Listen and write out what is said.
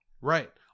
Right